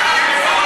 מה מספיק?